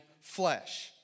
flesh